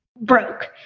broke